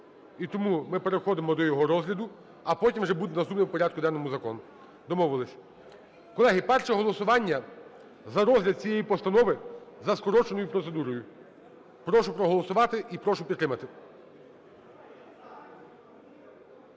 і тому ми переходимо до його розгляду, а потім уже буде наступний в порядку денному закон. Домовились. Колеги, перше голосування - за розгляд цієї постанови за скороченою процедурою. Прошу проголосувати і прошу підтримати.